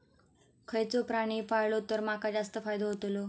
खयचो प्राणी पाळलो तर माका जास्त फायदो होतोलो?